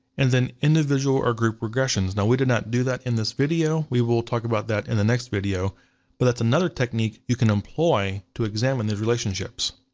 and then individual or group regressions. now we did not do that in this video, we will talk about that in the next video but that's another technique you can employ to examine those relationships.